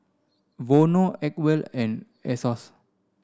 Vono Acwell and Asos